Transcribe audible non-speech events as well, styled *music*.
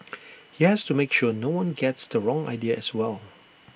*noise* he has to make sure no one gets the wrong idea as well